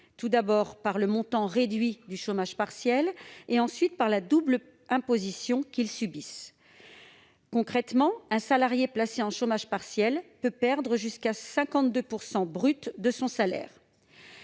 tout d'abord, par le montant réduit du chômage partiel ; ensuite, par la double imposition qu'ils subissent. Concrètement, un salarié placé en chômage partiel peut perdre jusqu'à 52 % de son salaire